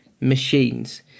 machines